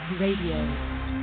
Radio